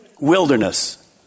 wilderness